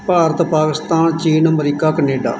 ਭਾਰਤ ਪਾਕਿਸਤਾਨ ਚੀਨ ਅਮਰੀਕਾ ਕੈਨੇਡਾ